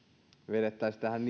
vedettäisiin tähän